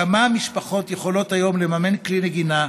כמה משפחות יכולות היום לממן כלי נגינה,